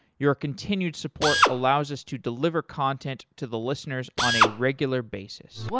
your continued support allows us to deliver content to the listeners on a regular basis